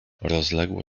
rozległo